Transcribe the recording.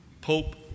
Pope